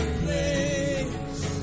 place